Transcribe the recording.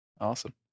Awesome